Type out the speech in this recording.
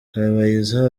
kabayiza